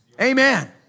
Amen